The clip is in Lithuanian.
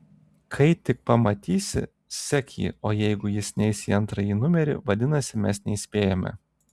kai tik pamatysi sek jį o jeigu jis neis į antrąjį numerį vadinasi mes neįspėjome